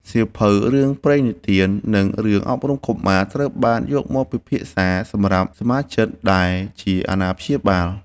សៀវភៅរឿងព្រេងនិទាន និងរឿងអប់រំកុមារ ត្រូវបានយកមកពិភាក្សាសម្រាប់សមាជិកដែលជាអាណាព្យាបាល។